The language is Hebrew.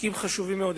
חוקים חשובים מאוד,